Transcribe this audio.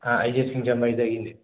ꯑꯥ ꯑꯩꯁꯦ ꯁꯤꯡꯖꯃꯩꯗꯒꯤꯅꯦ